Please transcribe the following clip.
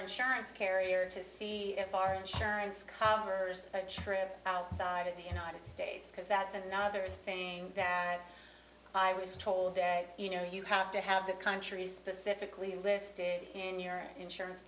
insurance carrier to see if our charles covers the trip outside of the united states because that's another thing that i was told that you know you have to have the country specifically listed in your insurance